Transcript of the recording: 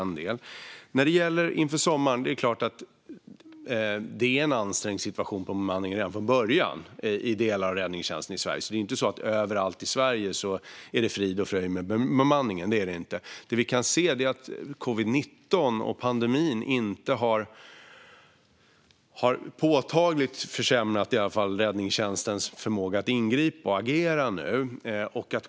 När det gäller sommaren är det klart att det är en ansträngd bemanningssituation redan från början i delar av räddningstjänsten i Sverige, så det är inte frid och fröjd med bemanningen överallt i Sverige. Det vi kan se är att covid-19 och pandemin i alla fall inte påtagligt har försämrat räddningstjänstens förmåga att ingripa och agera.